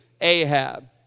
Ahab